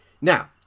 now